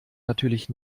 natürlich